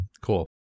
cool